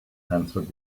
answered